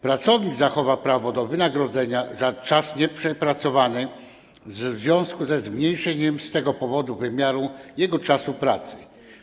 Pracownik zachowa prawo do wynagrodzenia za czas nieprzepracowany w związku ze zmniejszeniem wymiaru jego czasu pracy.